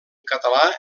català